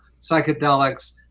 psychedelics